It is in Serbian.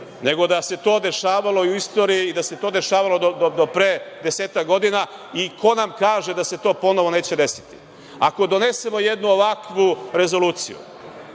nego da se to dešavalo u istoriji, da se to dešavalo do pre desetak godina i ko nam kaže da se to ponovo neće desiti. Ako donesemo jednu ovakvu rezoluciju,